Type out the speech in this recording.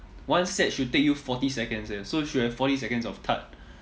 one set should take you forty seconds eh so you should have forty seconds of thud